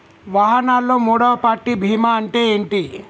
వాహనాల్లో మూడవ పార్టీ బీమా అంటే ఏంటి?